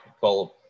called